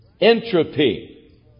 entropy